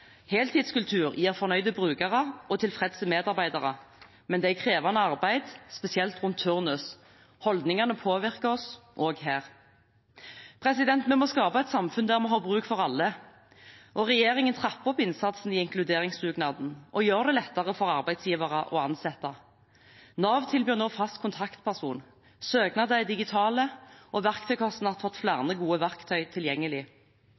Heltidskultur gir fornøyde brukere og tilfredse medarbeidere, men det er krevende arbeid, spesielt rundt turnus. Holdningene påvirker oss, også her. Vi må skape et samfunn der vi har bruk for alle. Regjeringen trapper opp innsatsen i inkluderingsdugnaden og gjør det lettere for arbeidsgivere å ansette. Nav tilbyr nå fast kontaktperson, søknader er digitale, og verktøykassen har fått flere gode verktøy tilgjengelig.